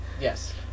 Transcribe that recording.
Yes